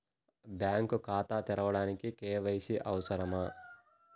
Bank ఖాతా తెరవడానికి KYC అవసరమా?